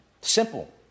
Simple